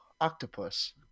Octopus